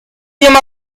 llama